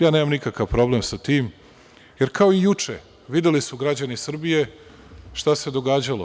Ja nemam nikakav problem sa tim, jer kao i juče, videli su građani Srbije šta se događalo.